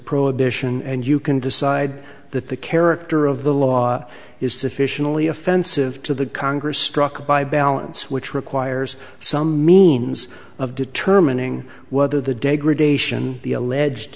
prohibition and you can decide that the character of the law is sufficiently offensive to the congress struck by balance which requires some means of determining whether the